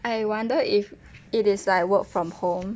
I wonder if it is like work from home